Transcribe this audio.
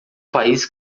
país